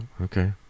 Okay